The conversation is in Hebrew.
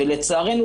ולצערנו,